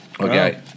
Okay